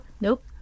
Nope